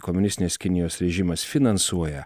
komunistinės kinijos režimas finansuoja